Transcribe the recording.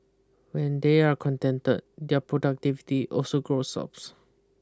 when they are contented their productivity also goes ups